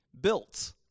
built